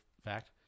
fact